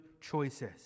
choices